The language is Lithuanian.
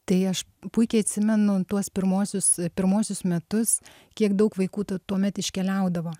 tai aš puikiai atsimenu tuos pirmuosius pirmuosius metus kiek daug vaikų tuomet iškeliaudavo